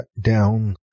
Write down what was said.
down